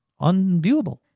unviewable